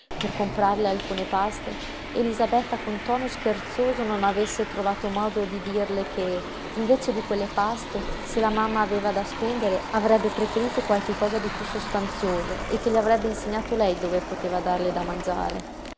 per comperarle alcune paste elisabetta con tono scherzoso non avesse trovato modo di dirle che invece di quelle paste se la mamma aveva da spendere avrebbe preferito qualche cosa di piú sostanzioso e che le avrebbe insegnato lei dove poteva darle da mangiare